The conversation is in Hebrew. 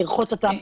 לרחוץ אותם,